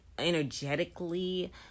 energetically